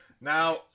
Now